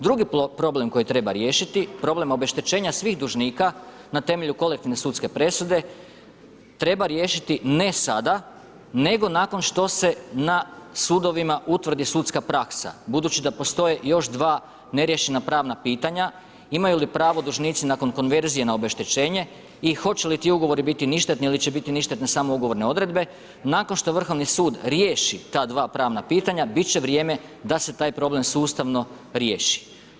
Drugi problem koji treba riješiti, problem obeštećenja svih dužnika na temelju kolektivne sudske presude, treba riješiti ne sada nego nakon što se na sudovima utvrdi sudska praksa budući da postoje još dva neriješena pravna pitanja, imaju li pravo dužnici nakon konverzije na obeštećenje i hoće li ti ugovori biti ništetni ili će biti ništetne samo ugovorne odredbe, nakon što Vrhovni sud riješi ta dva pravna pitanja, bit će vrijeme da se taj problem sustavno riješi.